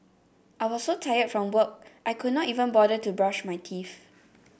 I was so tired from work I could not even bother to brush my teeth